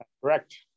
Correct